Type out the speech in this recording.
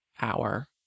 hour